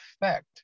effect